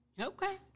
Okay